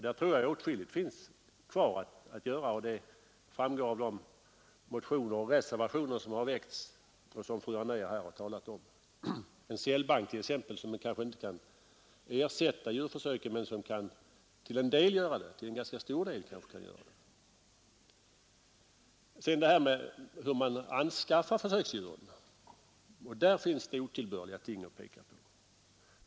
Där tror jag att åtskilligt finns kvar att göra — det framgår av de motioner som har väckts och de reservationer som avgivits, vilka fru Anér har berört. En cellbank t.ex. kan inte helt ersätta djurförsöken men den kanske kan göra det till en ganska stor del. När det sedan gäller hur försöksdjuren anskaffas finns det mycket otillbörligt att peka på.